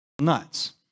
nuts